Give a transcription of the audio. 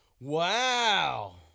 wow